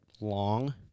long